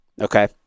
Okay